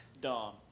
Dom